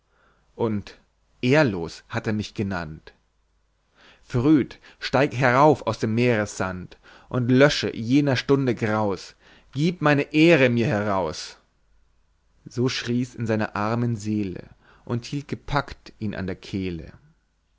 und ehrlos hat er mich genannt früd steig herauf aus dem meeressand und lösche jener stunde graus gieb meine ehre mir heraus so schrie's in seiner armen seele und hielt gepackt ihn an der kehle